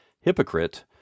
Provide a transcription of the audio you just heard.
hypocrite